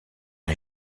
les